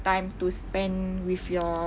time to spend with your